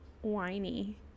whiny